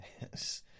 Yes